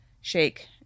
shake